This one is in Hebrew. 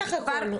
סך הכל.